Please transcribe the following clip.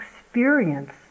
experience